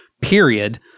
period